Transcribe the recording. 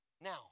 Now